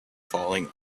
falling